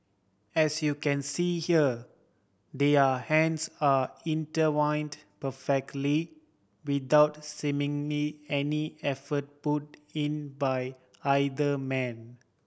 as you can see here their hands are intertwined perfectly without seemingly any effort put in by either man